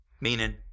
Meaning